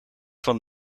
van